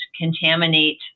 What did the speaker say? contaminate